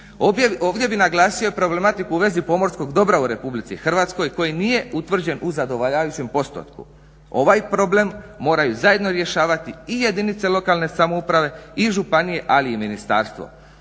Ovdje bih naglasio problematiku u vezi pomorskog dobra u RH koji nije utvrđen u zadovoljavajućem postotku. Ovaj problem moraju zajedno rješavati i jedinice lokalne samouprave i županije ali i ministarstvo.